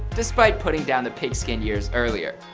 despite putting down the pigskin years earlier.